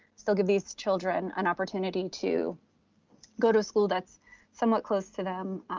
still give these children an opportunity to go to a school that's somewhat close to them,